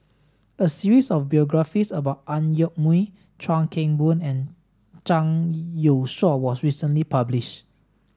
a series of biographies about Ang Yoke Mooi Chuan Keng Boon and Zhang Youshuo was recently published